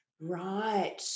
right